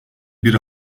bir